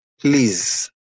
please